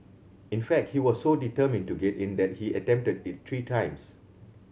in fact he was so determined to get in that he attempted it three times